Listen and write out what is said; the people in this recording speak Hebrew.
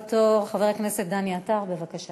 הבא בתור, חבר הכנסת דני עטר, בבקשה.